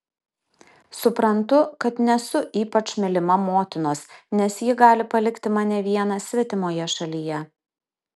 suprantu kad nesu ypač mylima motinos nes ji gali palikti mane vieną svetimoje šalyje